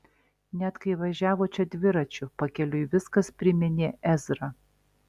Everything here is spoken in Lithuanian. net kai važiavo čia dviračiu pakeliui viskas priminė ezrą